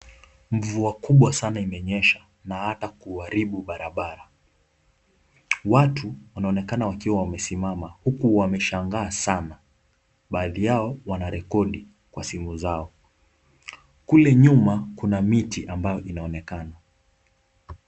Mvua kubwa sana imenyesha na ata kuharibu barabara .Watu wanaonekana wakiwa wamesimama huku wameshangaa sana baadhi yao wanarekodi kwa simu zao. kule nyuma Kuna miti ambao inaonekana.